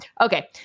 Okay